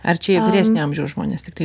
ar čia jau vyresnio amžiaus žmonės tiktai